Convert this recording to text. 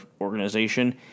organization